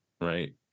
right